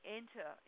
enter